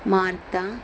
marta